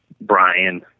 Brian